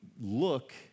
look